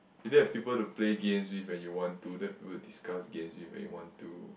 you don't have people to play games with when you want to don't have people to discuss games with when you want to